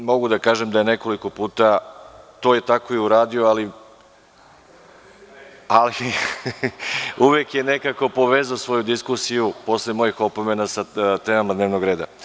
Mogu da kažem da je nekoliko puta to tako i uradio, ali uvek je nekako povezao svoju diskusiju posle mojih opomena sa temom dnevnog reda.